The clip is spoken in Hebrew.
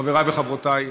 חבריי וחברותיי,